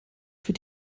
für